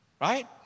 Right